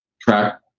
track